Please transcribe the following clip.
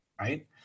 Right